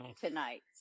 tonight